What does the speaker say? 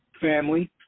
family